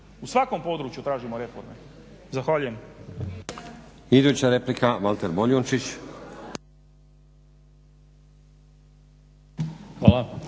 u svakom području tražimo reforme. Zahvaljujem.